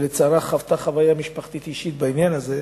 לצערה, היא חוותה חוויה משפחתית אישית בעניין הזה.